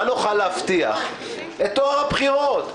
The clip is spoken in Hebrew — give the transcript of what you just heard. נוכל להבטיח את טוהר הבחירות,